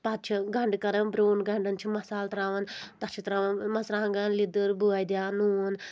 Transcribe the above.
پَتہٕ چھِ گَنڈٕ کران برٛون گَنڈَن چھُ مسالہٕ ترٛاوان تَتھ چھِ ترٛاوان مَژرانٛگَن لِدٕر بٲدیان نوٗن